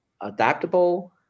adaptable